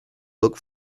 look